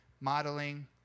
modeling